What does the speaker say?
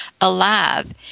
alive